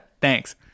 thanks